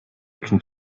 can